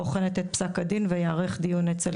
בוחנת את פסק הדין וייערך דיון אצל